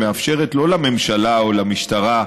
מאפשרת לא לממשלה או למשטרה,